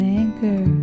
anchor